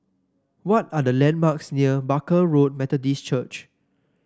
what are the landmarks near Barker Road Methodist Church